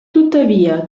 tuttavia